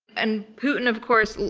and putin, of course,